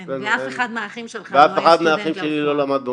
כן, ואף אחד מהאחים שלך לא היה סטודנט לרפואה.